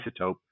isotope